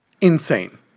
insane